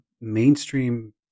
mainstream